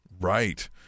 right